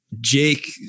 jake